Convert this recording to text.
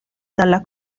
dalla